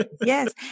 yes